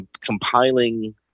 compiling